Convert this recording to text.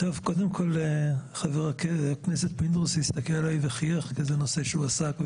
חבר הכנסת פינדרוס הסתכל עלי וחייך כי זה נושא שהוא עסק בו